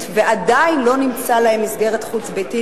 בעניינם ועדיין לא נמצאה להם מסגרת חוץ-ביתית.